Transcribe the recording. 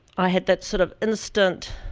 i had that sort of instant